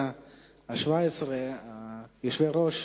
ולתת שירות